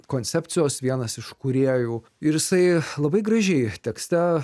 koncepcijos vienas iš kūrėjų ir jisai labai gražiai tekste